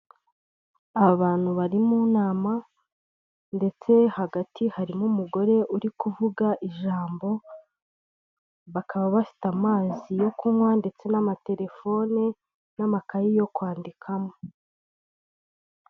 Abantu bari mu nama ndetse hagati harimo umugore uri kuvuga ijambo, bakaba bafite amazi yo kunywa ndetse n'amaterefone, n'amakayi yo kwandikamo.